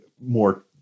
more